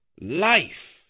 life